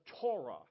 Torah